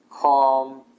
calm